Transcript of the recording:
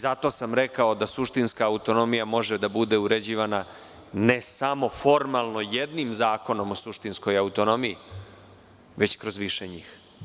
Zato sam rekao da suštinska autonomija može da bude uređivana ne samo formalno jednim zakonom o suštinskoj autonomiji, već kroz više njih.